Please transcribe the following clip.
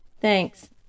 Thanks